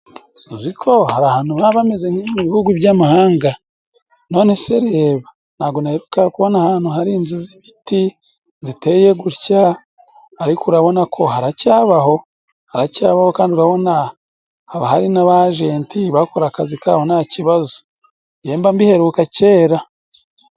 Uzi ko hari ahantu haba hameze nk'ibihugu by'amahanga! None se reba, ntabwo naherukaga kubona ahantu hari inzu z'ibiti ziteye gutya ariko urabona ko haracyabaho haracyabaho kandi urabona haba hari n'abajenti bakora akazi kabo nta kibazo, njye mba mbiheruka kera.